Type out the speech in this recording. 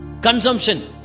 Consumption